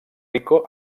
rico